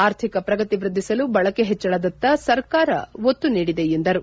ಅರ್ಥಿಕ ಪ್ರಗತಿ ವೃದ್ದಿಸಲು ಬಳಕೆ ಹೆಚ್ಚಳದತ್ತ ಸರ್ಕಾರ ಒತ್ತು ನೀಡಿದೆ ಎಂದರು